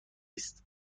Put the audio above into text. است